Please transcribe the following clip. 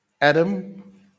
Adam